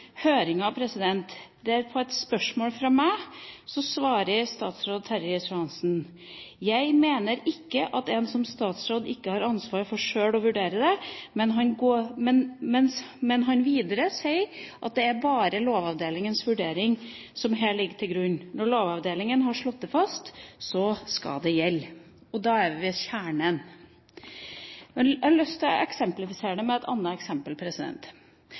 På et spørsmål fra meg svarer statsråd Terje Riis-Johansen: «Jeg mener ikke at en som statsråd ikke har et ansvar for sjøl å vurdere det.» Men videre sier han at det bare er Lovavdelingens vurdering som her ligger til grunn. Når Lovavdelingen har slått det fast, skal det gjelde. Da er vi ved kjernen. Jeg har lyst til å utdype det med et annet eksempel.